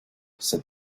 said